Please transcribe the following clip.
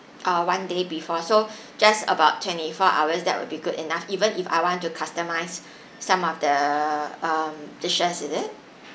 uh one day before so just about twenty four hours that would be good enough even if I want to customise some of the um dishes is it